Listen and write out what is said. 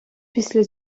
після